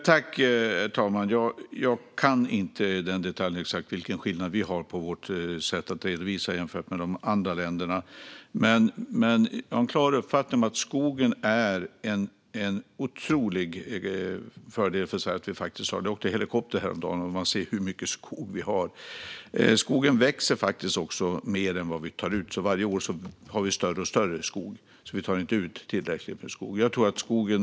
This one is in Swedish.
Herr talman! Jag vet inte i den detaljen exakt vilken skillnad vi har på vårt sätt att redovisa jämfört med de andra länderna. Men jag har en klar uppfattning om att skogen är en otrolig fördel för Sverige. Jag åkte helikopter häromdagen och såg hur mycket skog vi har. Skogen växer också mer än vi tar ut, så varje år har vi större och större skog. Vi tar inte ut tillräckligt med skog.